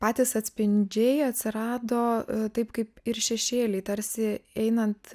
patys atspindžiai atsirado taip kaip ir šešėliai tarsi einant